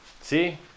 See